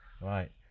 Right